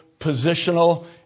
positional